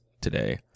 today